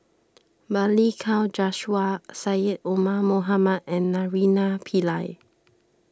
Balli Kaur Jaswal Syed Omar Mohamed and Naraina Pillai